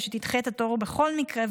ושתדחה את התור בכל מקרה,